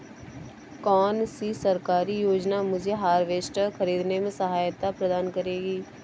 कौन सी सरकारी योजना मुझे हार्वेस्टर ख़रीदने में सहायता प्रदान करेगी?